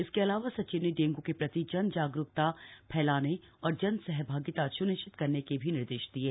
इसके अलावा सचिव ने डेंगू के प्रति जन जागरूकता फैसलान और जनसहभागिता स्निश्चित करने के निर्देश भी दिये